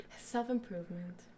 Self-improvement